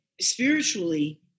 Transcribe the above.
spiritually